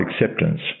acceptance